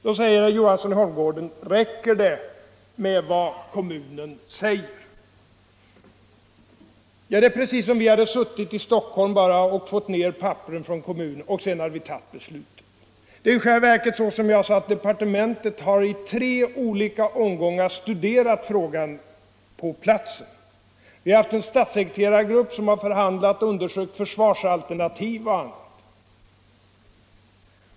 Då frågar herr Johansson i Holmgården: Räcker det med vad kommunen säger? Ja, det är precis som om vi bara hade suttit i Stockholm, fått ned papperen från kommunen och sedan hade tagit beslutet. I själva verket är det så, som jag redan har sagt, att departementet i tre olika omgångar har studerat frågan på platsen. Vi har haft en statssekreterargrupp som har förhandlat, undersökt försvarsalternativ och annat.